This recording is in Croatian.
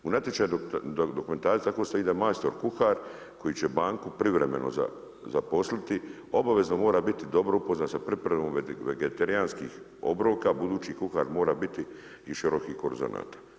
U natječajnoj dokumentaciji tako stoji, da majstor kuhar, koji će banku privremeno zaposliti, obavezno mora biti dobro upoznat sa pripremom vegetarijanskih obroka, budući kuhar mora biti širokih horizonata.